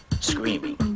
screaming